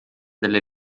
delle